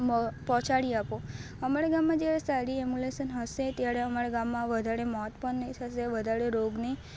મ પહોંચાડી આપો અમારા ગામમાં જે સારી એમ્બુલેસન હશે ત્યારે અમારા ગામમાં વધારે મોત પણ નહીં થાય અને વધારે રોગ નહીં